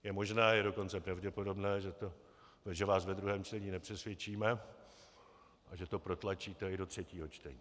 Je možné, je dokonce pravděpodobné, že vás ve druhém čtení nepřesvědčíme a že to protlačíte až do třetího čtení.